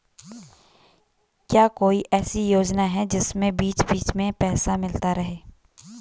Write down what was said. क्या कोई ऐसी योजना है जिसमें बीच बीच में पैसा मिलता रहे?